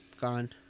gone